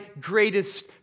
greatest